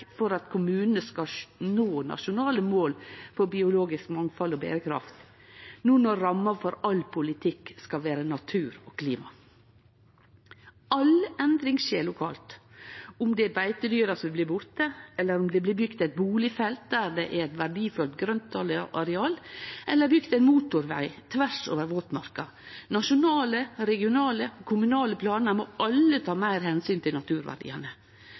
for at kommunane skal nå nasjonale mål for biologisk mangfald og berekraft, no når ramma for all politikk skal vere natur og klima. All endring skjer lokalt – om det er beitedyra som blir borte, om det blir bygd eit bustadfelt der det er eit verdifullt grøntareal, eller ein motorveg tvers over våtmarka. Nasjonale, regionale og kommunale planar må alle ta meir omsyn til naturverdiane.